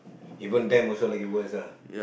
even them also lagi worse ah